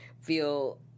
feel